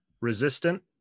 resistant